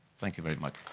thank you very much.